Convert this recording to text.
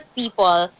people